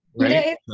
Right